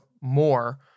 more